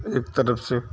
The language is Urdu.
ایک طرف سے